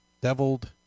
deviled